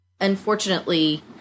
unfortunately